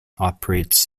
operates